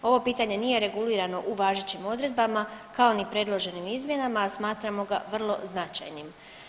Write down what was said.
Ovo pitanje nije regulirano u važećim odredbama kao ni predloženim izmjenama, a smatramo ga vrlo značajnim.